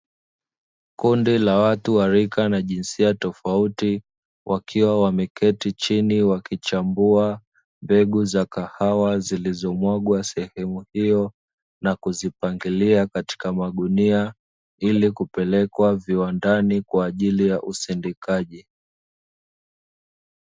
Kundi la watu wa rika na jinsia tofauti, wakiwa wameketi chini wakichambua mbegu za kahawa zilizomwagwa sehemu hiyo, na kuzipangilia katika magunia ili kupelekwa viwandani kwa ajili ya usindikaji.